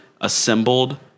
assembled